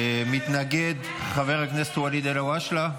מתנגד חבר הכנסת ואליד אלהואשלה.